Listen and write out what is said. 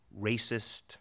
racist